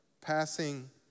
Passing